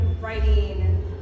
writing